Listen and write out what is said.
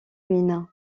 ruines